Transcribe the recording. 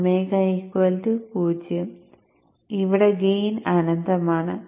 ω 0 ഇവിടെ ഗെയിൻ അനന്തമാണ്